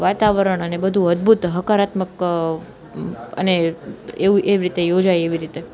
વાતાવરણ અને બધું અદભૂત હકારાત્મક અને એવી રીતે યોજાય એવી રીતે